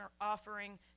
offering